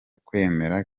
kwemera